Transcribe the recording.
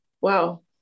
wow